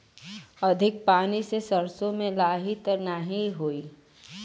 अधिक पानी से सरसो मे लाही त नाही होई?